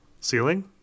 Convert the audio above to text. Ceiling